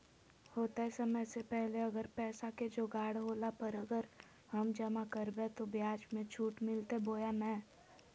होतय समय से पहले अगर पैसा के जोगाड़ होला पर, अगर हम जमा करबय तो, ब्याज मे छुट मिलते बोया नय?